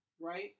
right